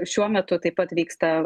šiuo metu taip pat vyksta